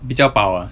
比较保 ah